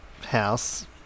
house